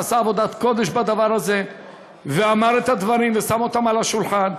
עשה עבודת קודש בדבר הזה ואמר את הדברים ושם אותם על השולחן,